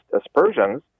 aspersions